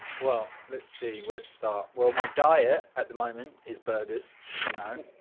well, let's see where to start? well, my diet at the moment is burgers, as you know,